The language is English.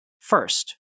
First